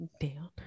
down